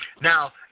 Now